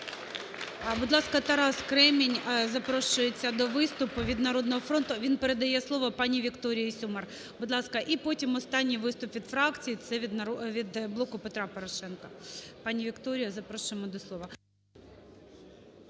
Будь ласка, Тарас Кремінь запрошується до виступу від "Народного фронту". Він передає слово пані Вікторії Сюмар, будь ласка. І потім останній виступ від фракцій – це від "Блоку Петра Порошенка". Пані Вікторія, запрошуємо до слова.